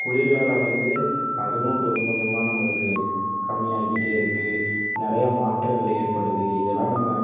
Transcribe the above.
குளிர்காலம் வந்து அதுவும் கொஞ்சம் கொஞ்சமாக நம்மளுக்கு கம்மியாகிகிட்டே இருக்கு நிறைய மாற்றங்கள் ஏற்படுது இதுலாம் நம்ப